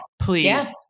Please